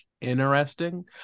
interesting